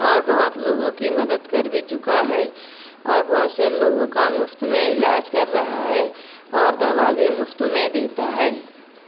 اور بہت لوگوں کی مدد کر بھی چکا ہے اور بہت سے لوگوں کا مفت میں علاج کر رہا ہے اور دوا بھی مفت میں دیتا ہے